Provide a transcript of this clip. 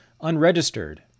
unregistered